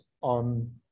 on